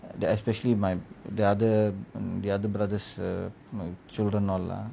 especially my the other the other brothers err my children all lah